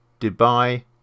Dubai